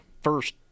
first